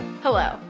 Hello